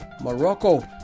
morocco